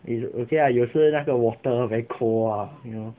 有 okay lah 有时那个 water very cold ah you know